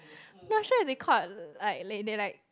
not sure if they caught like they like